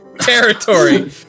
territory